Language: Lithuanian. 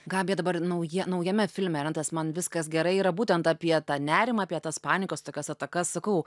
gabija dabar nauja naujame filme yra tas man viskas gerai yra būtent apie tą nerimą apie tas panikos tokias atakas sakau